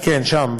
כן, שם.